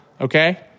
okay